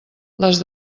les